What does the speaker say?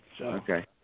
Okay